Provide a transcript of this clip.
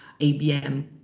ABM